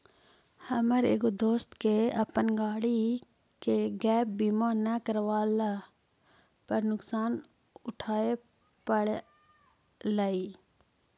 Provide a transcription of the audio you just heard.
हमर एगो दोस्त के अपन गाड़ी के गैप बीमा न करवयला पर नुकसान उठाबे पड़लई